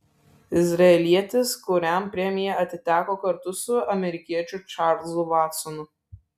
izraelietis kuriam premija atiteko kartu su amerikiečiu čarlzu vatsonu